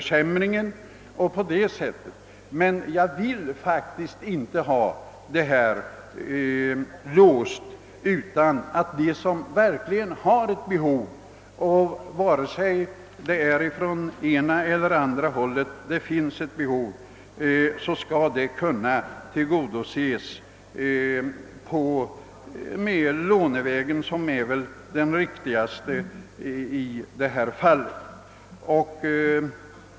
Jag vill i varje fall inte ha ett låst ställningstagande, utan jag anser att de som verkligen har behov av studielån, vare sig detta behov finns på ena eller andra hållet, skall kunna få detta behov täckt, och lånevägen är väl då det riktigaste sättet.